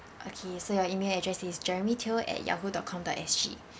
okay so your email address is jeremy teo at yahoo dot com dot S_G